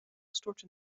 stortte